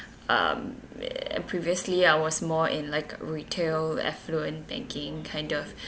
um ve~ and previously I was more in like retail affluent banking kind of